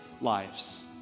lives